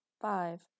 five